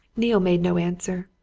neale made no answer.